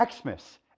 Xmas